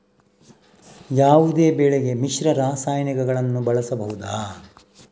ಯಾವುದೇ ಬೆಳೆಗೆ ಮಿಶ್ರ ರಾಸಾಯನಿಕಗಳನ್ನು ಬಳಸಬಹುದಾ?